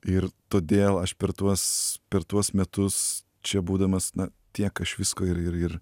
ir todėl aš per tuos per tuos metus čia būdamas na tiek aš visko ir ir ir